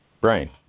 brain